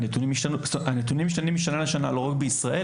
הנתונים משתנים משנה לשנה לא רק בישראל,